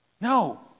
No